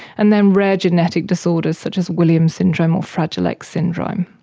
and then rare genetic disorders such as williams syndrome or fragile x syndrome.